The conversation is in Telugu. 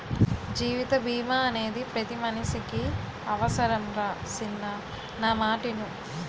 జీవిత బీమా అనేది పతి మనిసికి అవుసరంరా సిన్నా నా మాటిను